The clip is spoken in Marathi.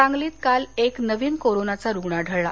सांगलीत काल एक नवीन कोरोनाचा रुग्ण आढळला